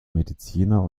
mediziner